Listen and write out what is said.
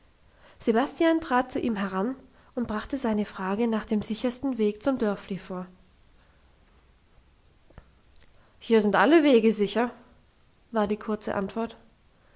sebastian trat zu ihm heran und brachte seine frage nach dem sichersten weg zum dörfli vor hier sind alle wege sicher war die kurze antwort